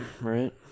Right